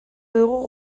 dugu